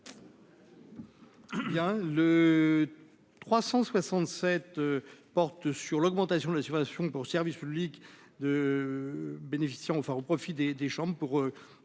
le 367 portent sur l'augmentation de la situation pour service public de bénéficier enfin au profit des des chambres